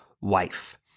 wife